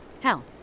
Hell